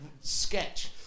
sketch